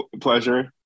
pleasure